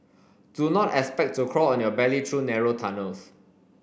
do not expect to crawl on your belly through narrow tunnels